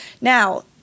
now